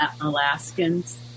Alaskans